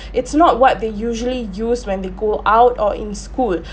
it's not what they usually use when they go out or in school